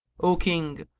o king,